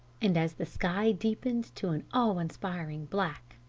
and as the sky deepened to an awe-inspiring black,